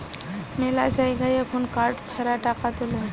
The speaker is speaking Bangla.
মেলা জায়গায় এখুন কার্ড ছাড়া টাকা তুলে